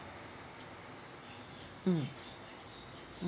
mm